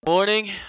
Morning